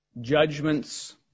judgments